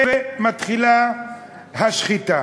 ומתחילה השחיטה.